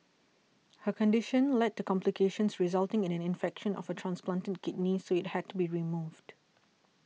her condition led to complications resulting in an infection of her transplanted kidney so it had to be removed